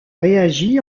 réagi